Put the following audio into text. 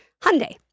Hyundai